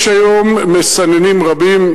יש היום מסננים רבים,